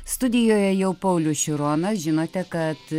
studijoje jau paulius šironas žinote kad